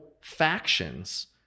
factions